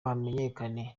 hamenyekane